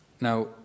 Now